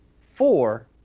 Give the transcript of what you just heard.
four